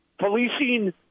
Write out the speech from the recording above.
policing